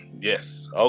yes